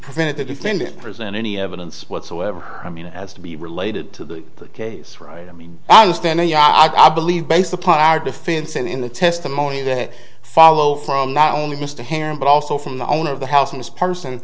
prevented the defendant present any evidence whatsoever i mean as to be related to the case right i mean i understand you i believe based upon our defense and in the testimony that follow from not only mr heron but also from the owner of the house and this person